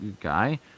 guy